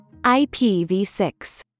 IPv6